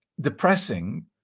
depressing